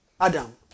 Adam